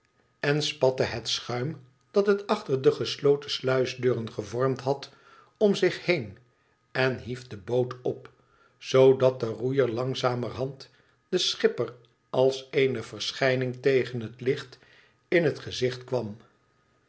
en spatte het schuim dat het achter de gesloten sluisdeuren gevormd had om zich heen en hief de boot op zoodat de roeier langzamerhand den schipper als eene verschijning tegen het licht in het gezicht kwam